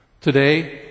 Today